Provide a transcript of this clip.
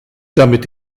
damit